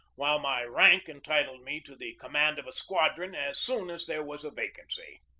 while my rank entitled me to the com mand of a squadron as soon as there was a vacancy.